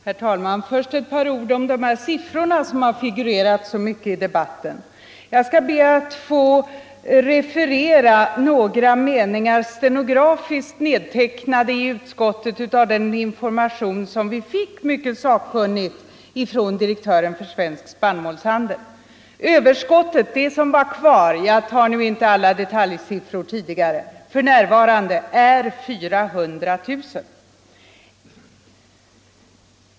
Herr talman! Först ett par ord om de siffror som har figurerat så mycket i debatten. Jag skall be att få referera några meningar, stenografiskt nedtecknade i utskottet, av den information som vi fick, mycket sakkunnigt givetvis, från direktören för Svensk spannmålshandel. ”Överskottet” — jag tar nu inte alla detaljsiffror — ”för närvarande är 400 000.